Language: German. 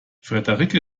friederike